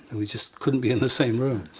and we just couldn't be in the same room.